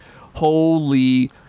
holy